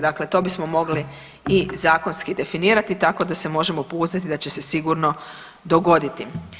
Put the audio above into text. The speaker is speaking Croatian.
Dakle, to bismo mogli i zakonski definirati tako da se možemo pouzdati da će se sigurno dogoditi.